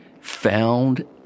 found